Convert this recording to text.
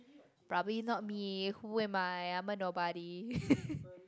probably not me who am I I'm a nobody